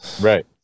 right